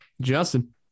Justin